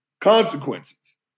Consequences